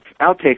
outtakes